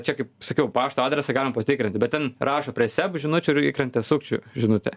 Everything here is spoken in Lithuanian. čia kaip sakiau pašto adresą galim patikrinti bet ten rašo prie seb žinučių ir įkrenta sukčių žinutė